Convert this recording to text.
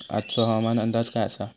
आजचो हवामान अंदाज काय आसा?